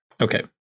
Okay